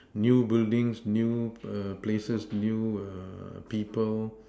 new buildings new err places new err people